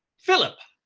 philip,